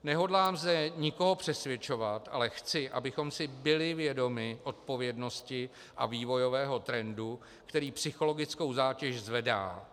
Nehodlám zde nikoho přesvědčovat, ale chci, abychom si byli vědomi odpovědnosti a vývojového trendu, který psychologickou zátěž zvedá.